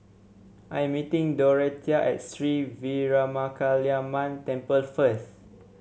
I am meeting Dorathea at Sri Veeramakaliamman Temple first